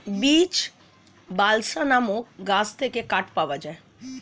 beech, balsa নামক গাছ থেকে কাঠ পাওয়া যায়